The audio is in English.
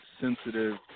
sensitive